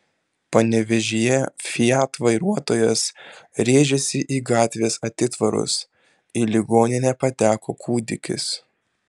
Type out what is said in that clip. panevėžyje fiat vairuotojas rėžėsi į gatvės atitvarus į ligoninę pateko kūdikis